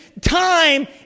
time